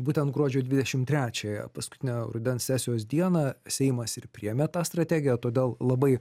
būtent gruodžio dvidešim trečiąją paskutinę rudens sesijos dieną seimas ir priėmė tą strategiją todėl labai